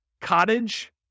Cottage